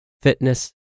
fitness